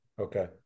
Okay